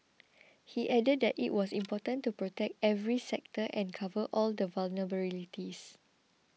he added that it was important to protect every sector and cover all the vulnerabilities